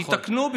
תתקנו,